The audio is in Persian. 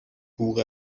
بوق